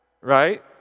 Right